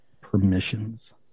permissions